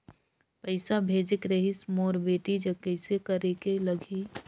पइसा भेजेक रहिस मोर बेटी जग कइसे करेके लगही?